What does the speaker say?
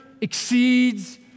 exceeds